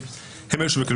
הם אלו שנמצאים בדיונים,